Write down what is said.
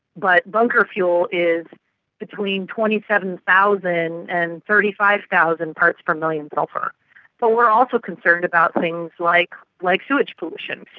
but bunker fuel is between twenty seven thousand and thirty five thousand parts per million sulphur but also concerned about things like like sewage pollution.